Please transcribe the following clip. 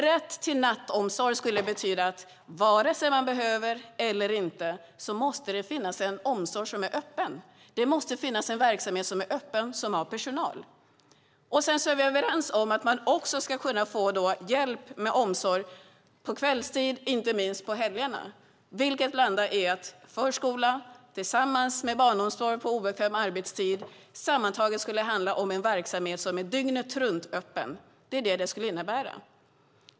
Rätt till nattomsorg skulle betyda att vare sig man behöver det eller inte måste det finnas en omsorgsverksamhet som är öppen och har personal. Sedan är vi överens om att man också ska kunna få hjälp med omsorg på kvällstid och inte minst på helgerna, vilket landar i att förskolan tillsammans med barnomsorg på obekväm arbetstid sammantaget skulle bli en dygnetruntöppen verksamhet. Det är vad det skulle innebära.